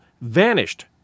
vanished